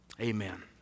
Amen